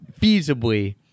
feasibly